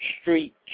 Street